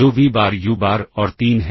जो V bar U bar और 3 है